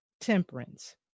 temperance